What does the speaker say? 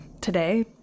today